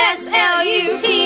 slut